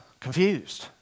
confused